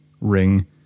ring